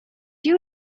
you